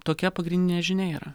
tokia pagrindinė žinia yra